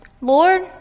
Lord